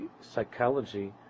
psychology